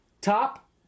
top